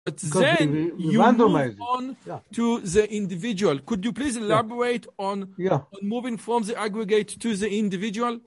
אבל אז אתה מתחיל לעבוד עם האינדיבידואל. יכול לפרט בבקשה על המעבר מהאגרגטיה לאינדיבידואל?